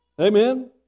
Amen